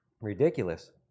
Ridiculous